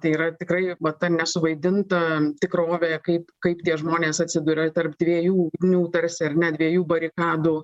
tai yra tikrai va ta nesuvaidinta tikrovė kaip kaip tie žmonės atsiduria tarp dviejų ugnių tarsi ar ne dviejų barikadų